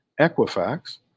Equifax